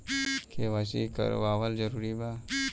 KYC करवावल जरूरी बा?